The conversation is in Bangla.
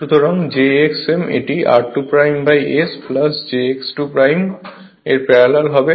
সুতরাং jxm এটি r2 S j x 2 এর প্যারালাল হবে